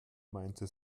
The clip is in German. meinte